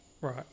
Right